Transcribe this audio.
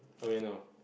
how you know